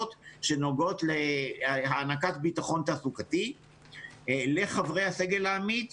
שנוגעות להענקת ביטחון תעסוקתי לחברי הסגל העמית,